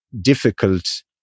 difficult